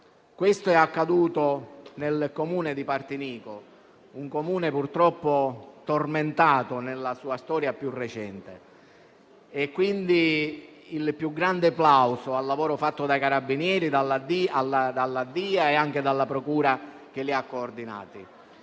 Questo è accaduto nel Comune di Partinico, purtroppo tormentato nella sua storia più recente. Va quindi il più grande plauso al lavoro fatto dai Carabinieri, dalla DIA e dalla procura che li ha coordinati.